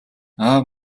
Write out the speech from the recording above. аав